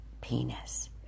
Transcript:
penis